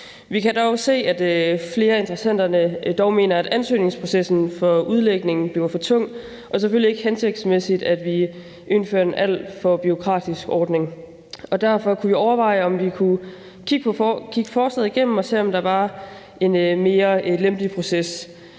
Vi kan dog se, at flere af interessenterne mener, at ansøgningsprocessen for udlægningen bliver for tung, og det er selvfølgelig ikke hensigtsmæssigt, at vi indfører en alt for bureaukratisk ordning. Derfor kunne vi overveje, om vi kunne kigge forslaget igennem og se, om der var en mere lempelig proces.